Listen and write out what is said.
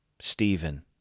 Stephen